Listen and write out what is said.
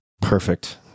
Perfect